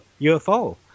UFO